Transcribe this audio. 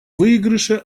выигрыше